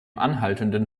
anhaltenden